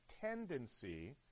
tendency